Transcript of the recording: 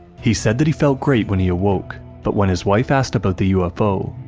he said that he felt great when he awoke, but when his wife asked about the ufo,